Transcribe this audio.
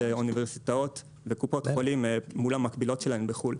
אוניברסיטאות וקופות חולים מול המקבילות שלהן בחו"ל.